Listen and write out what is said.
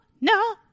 no